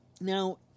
now